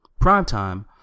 Primetime